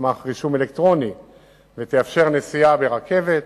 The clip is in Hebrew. סמך רישום אלקטרוני ותאפשר נסיעה ברכבת,